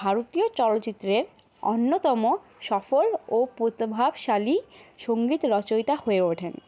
ভারতীয় চলচ্চিত্রের অন্যতম সফল ও প্রতিভাশালী সঙ্গীত রচয়িতা হয়ে ওঠেন